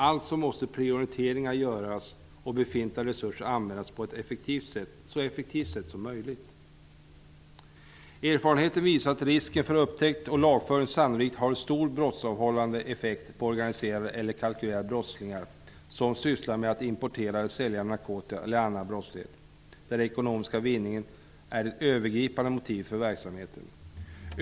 Alltså måste det göras prioriteringar. Befintliga resurser måste användas på ett så effektivt sätt som möjligt. Erfarenheten visar att risken för upptäckt och lagföring sannolikt har stor brottsavhållande effekt när det gäller organiserade eller kalkylerande brottslingar som sysslar med att importera eller sälja narkotika eller med annan brottslighet, där den ekonomiska vinningen är det övergripande motivet för verksamheten.